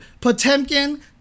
Potemkin